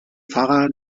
pfarrer